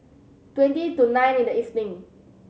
twenty to nine in the evening